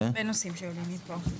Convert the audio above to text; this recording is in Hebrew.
יש הרבה נושאים שעולים מפה.